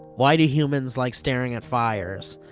why do humans like staring at fires?